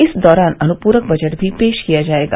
इस दौरान अनुपूरक बजट भी पेश किया जायेगा